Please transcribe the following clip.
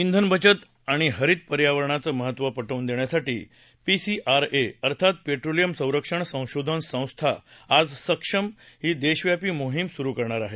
इंधन बचत आणि हरित पर्यावरणाचं महत्त्व प िव्न देण्यासाठीपीसीआरए अर्थात पेट्रोलियम संरक्षण संशोधन संस्था आज सक्षम ही देशव्यापी मोहीम सुरू करणार आहे